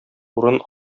урын